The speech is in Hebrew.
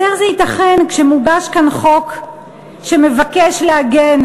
אז איך זה ייתכן שכשמוגש כאן חוק שמבקש להגן,